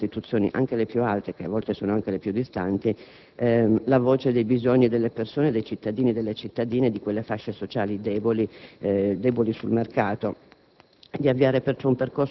capace di far risuonare nelle istituzioni, anche le più alte, che a volte sono anche le più distanti, la voce dei bisogni delle persone, dei cittadini e delle cittadine di quelle fasce sociali più deboli sul mercato,